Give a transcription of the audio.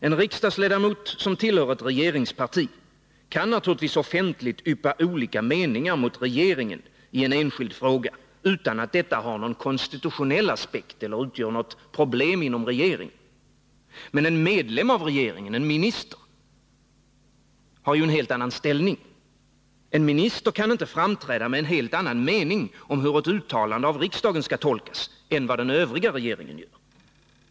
En riksdagsledamot som tillhör ett regeringsparti kan naturligtvis i en enskild fråga offentligt yppa meningar som går emot regeringens utan att detta har någon konstitutionell aspekt eller blir till något problem inom regeringen. Men en medlem av regeringen, en minister, har en helt annan ställning. En minister kan inte framträda med en helt annan mening än den övriga regeringen om hur ett uttalande av riksdagen skall tolkas.